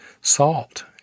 salt